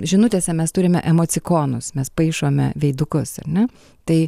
žinutėse mes turime emocikonus mes paišome veidukus ar ne tai